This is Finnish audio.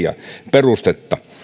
perustetta